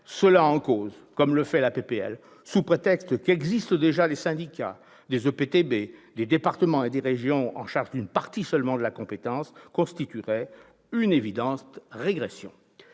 cela en cause, comme le fait la proposition de loi sous prétexte qu'existent déjà des syndicats, des EPTB, des départements ou des régions en charge d'une partie seulement de la compétence, constituerait une évidente régression.